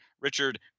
Richard